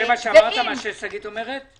זה מה שאמרת, מה ששגית אומרת?